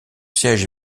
siège